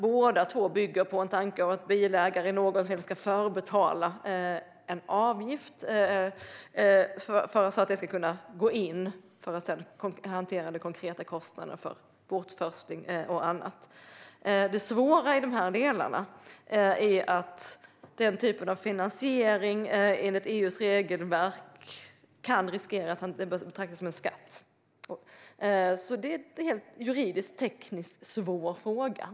Båda lösningarna bygger på en tanke att bilägare i någon form ska förbetala en avgift som sedan kan användas för att hantera de konkreta kostnaderna för bortforsling och annat. Det svåra är att den typen av finansiering enligt EU:s regelverk kan betraktas som en skatt. Det är en juridiskt-tekniskt svår fråga.